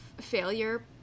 failure